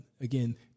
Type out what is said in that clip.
again